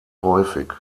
häufig